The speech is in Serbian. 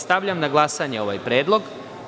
Stavljam na glasanje ovaj predlog.